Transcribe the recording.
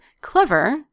clever